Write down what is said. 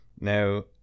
Now